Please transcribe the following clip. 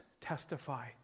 testify